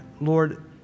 Lord